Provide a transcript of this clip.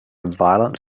violent